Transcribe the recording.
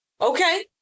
Okay